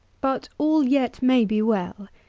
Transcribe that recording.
but all yet may be well.